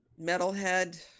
metalhead